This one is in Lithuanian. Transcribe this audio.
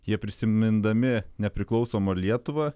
jie prisimindami nepriklausomą lietuvą